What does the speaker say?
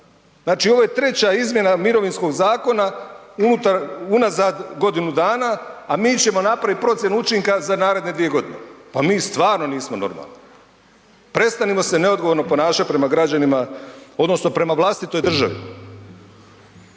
Znači ovo je treća izmjena mirovinskog zakona unazad godinu dana a mi ćemo napraviti procjenu učinka za naredne dvije godine. Pa mi stvarno nismo normalni. Prestanimo se neodgovorno ponašati prema građanima, odnosno prema vlastitoj državi.